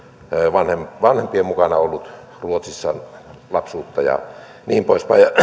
vanhempien vanhempien mukana ollut ruotsissa lapsuutta ja niin poispäin ja